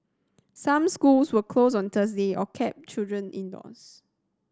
some schools were closed on Thursday or kept children indoors